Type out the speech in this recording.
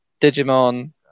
Digimon